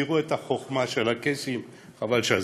תראו את החוכמה של הקייסים, חבל שעזבו.